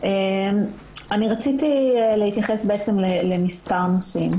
אני רציתי להתייחס למספר נושאים.